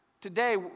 Today